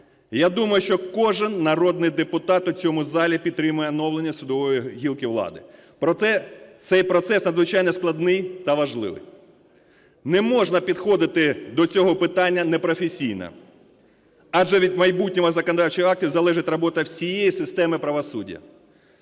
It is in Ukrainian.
Я думаю, що кожен народний депутат у цьому залі підтримує оновлення судової гілки влади. Проте цей процес надзвичайно складний та важливий. Не можна підходити до цього питання непрофесійно, адже від майбутнього законодавчих актів залежить робота всієї системи правосуддя.